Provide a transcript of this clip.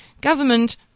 government